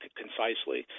concisely